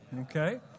Okay